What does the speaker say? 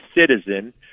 citizen